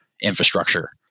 infrastructure